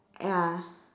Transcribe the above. ya